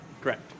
Correct